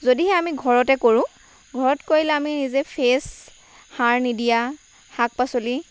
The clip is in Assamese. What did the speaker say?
যদিহে আমি ঘৰতে কৰোঁ ঘৰত কৰিলে আমি নিজে ফ্ৰেছ সাৰ নিদিয়া শাক পাচলি